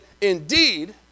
indeed